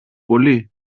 πολύ